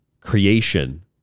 creation